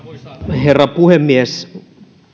herra puhemies